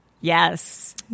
Yes